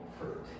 fruit